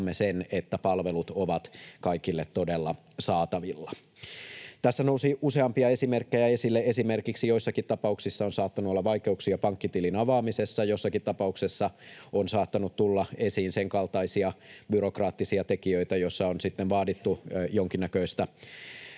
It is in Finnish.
että palvelut ovat kaikille todella saatavilla. Tässä nousi useampia esimerkkejä esille. Esimerkiksi joissakin tapauksissa on saattanut olla vaikeuksia pankkitilin avaamisessa, ja jossakin tapauksessa on saattanut tulla esiin sen kaltaisia byrokraattisia tekijöitä, että on sitten vaadittu jonkinnäköistä